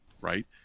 right